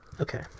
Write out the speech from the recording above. Okay